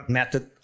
method